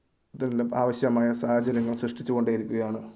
ഇതിൽ ആവശ്യമായ സാഹചര്യങ്ങൾ സൃഷ്ടിച്ച് കൊണ്ടേയിരിക്കുകയണ്